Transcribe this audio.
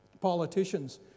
politicians